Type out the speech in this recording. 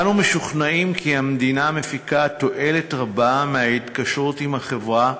אנו משוכנעים כי המדינה מפיקה תועלת רבה מההתקשרות עם החברה,